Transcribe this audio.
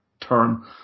term